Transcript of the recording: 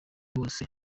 hose